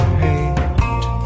hate